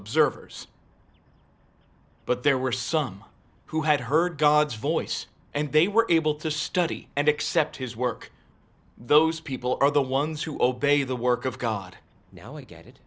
observers but there were some who had heard god's voice and they were able to study and accept his work those people are the ones who obey the work of god now i get it